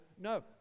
No